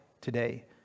today